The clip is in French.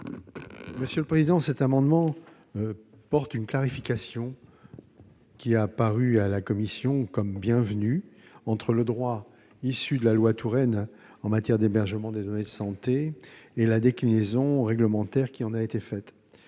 commission ? Cet amendement apporte une clarification, que la commission a jugée bienvenue, entre le droit issu de la loi Touraine en matière d'hébergement des données de santé et la déclinaison réglementaire qui en a été faite.